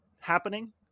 happening